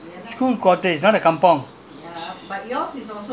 last time the government it it is a what do you call this quarters